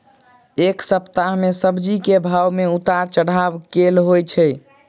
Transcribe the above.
एक सप्ताह मे सब्जी केँ भाव मे उतार चढ़ाब केल होइ छै?